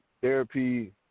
therapy